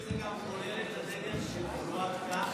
זה גם כולל את הדגל של תנועת כך?